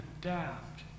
adapt